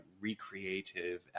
recreative